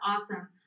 awesome